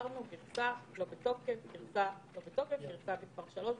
השארנו גרסה שהיא לא בתוקף וגרסה שהיא בתוקף.